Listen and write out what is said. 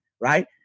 right